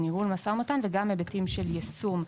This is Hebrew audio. ניהול של משא ומתן וגם בהיבטים של יישום.